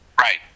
Right